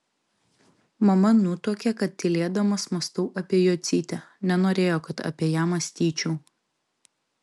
mama nutuokė kad tylėdamas mąstau apie jocytę nenorėjo kad apie ją mąstyčiau